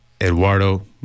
Eduardo